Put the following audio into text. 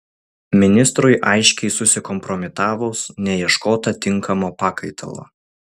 ministrui aiškiai susikompromitavus neieškota tinkamo pakaitalo